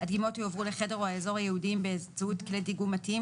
הדגימות יועברו לחדר או האזור הייעודיים באמצעות כלי דיגום מתאים